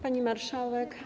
Pani Marszałek!